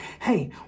hey